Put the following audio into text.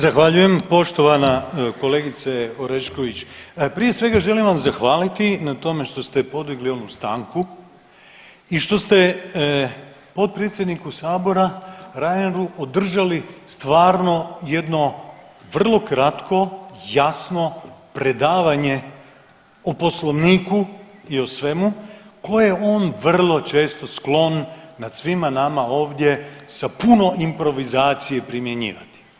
Zahvaljujem poštovana kolegice Orešković prije svega želim vam zahvaliti na tome što ste podigli onu stanku i što ste potpredsjedniku Sabora Reineru održali stvarno jedno vrlo kratko, jasno predavanje o Poslovniku i o svemu koje on vrlo često sklon nad svima nam ovdje sa puno improvizacije primjenjivati.